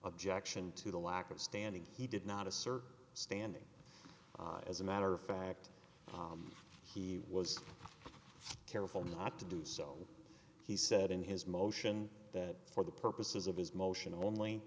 objection to the lack of standing he did not assert standing as a matter of fact he was careful not to do so he said in his motion that for the purposes of his motion only